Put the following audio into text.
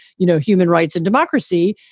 you know, human rights and democracy,